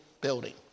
building